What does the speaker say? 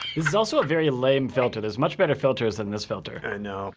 this is also a very lame filter. there's much better filters than this filter. you know